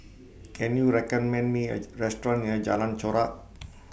Can YOU recommend Me A Restaurant near Jalan Chorak